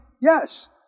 Yes